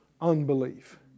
unbelief